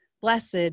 blessed